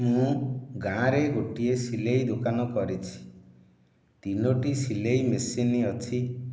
ମୁଁ ଗାଁରେ ଗୋଟିଏ ସିଲେଇ ଦୋକାନ କରିଛି ତିନୋଟି ସିଲେଇ ମେସିନ ଅଛି